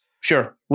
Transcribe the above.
Sure